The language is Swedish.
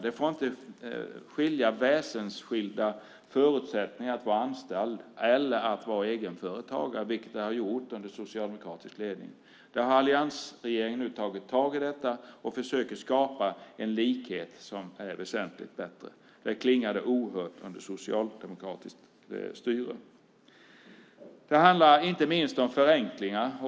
Det får inte vara väsensskilda förutsättningar för anställda och egenföretagare, vilket det har varit under socialdemokratisk ledning. Detta har alliansregeringen nu tagit tag i. Man försöker skapa en likhet, som är väsentligt bättre. Det klingade ohört under socialdemokratiskt styre. Det handlar inte minst om förenklingar.